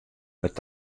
wurdt